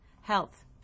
Health